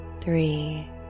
three